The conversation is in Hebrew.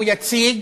הוא יציג,